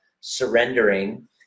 surrendering